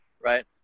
right